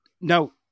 No